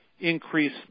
Increase